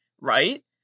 right